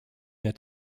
mehr